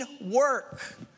work